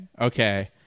Okay